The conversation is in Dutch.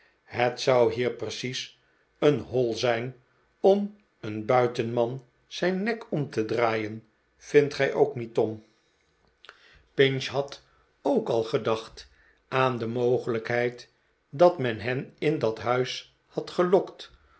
het zou hier precies een hoi zijn om een buitenman zijn nek om te draaien vindt gij ook niet tom pinch had ook al gedacht aan de mogelijkheid dat men hen in dat huis had gelokt